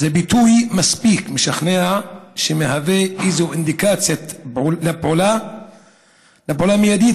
ביטוי מספיק משכנע שמהווה איזו אינדיקציה לפעולה מיידית